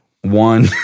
One